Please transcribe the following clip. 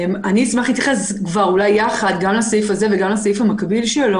אני רוצה להתייחס לסעיף הזה ולסעיף המקביל שלו.